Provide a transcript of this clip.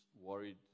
worried